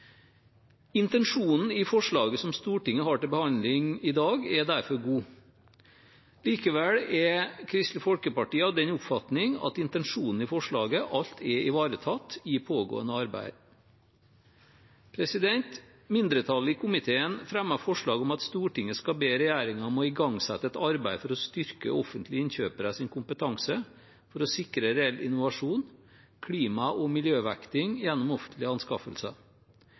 Intensjonen i forslaget som Stortinget har til behandling i dag, er derfor god. Likevel er Kristelig Folkeparti av den oppfatning at intensjonen i forslaget alt er ivaretatt i pågående arbeid. Mindretallet i komiteen fremmer forslag om at Stortinget skal be regjeringen om å igangsette et arbeid for å styrke offentlige innkjøperes kompetanse for å sikre reell innovasjon, klima- og miljøvektlegging gjennom offentlige anskaffelser.